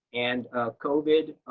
and covid